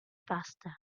pasta